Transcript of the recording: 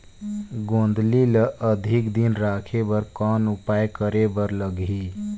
गोंदली ल अधिक दिन राखे बर कौन उपाय करे बर लगही?